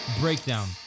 breakdown